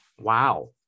Wow